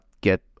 get